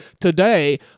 Today